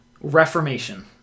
Reformation